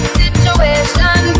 situation